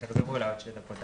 תחזרו אליי עוד שתי דקות.